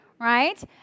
right